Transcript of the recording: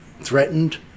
threatened